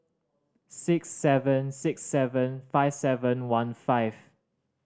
six seven six seven five seven one five